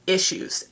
issues